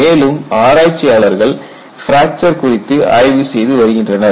மேலும் ஆராய்ச்சியாளர்கள் பிராக்சர் குறித்து ஆய்வு செய்து வருகின்றனர்